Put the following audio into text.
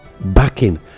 backing